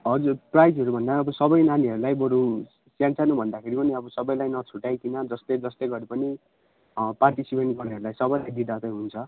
हजुर प्राइजहरू भन्दा अब सबै नानीहरूलाई बरु सान्सानो भन्दाखेरि पनि अब सबैलाई नछुटाईकन जस्तै जस्तै गरे पनि पार्टिसिपेन्ट गर्नेहरूलाई सबैलाई दिँदा चाहिँ हुन्छ